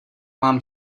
mám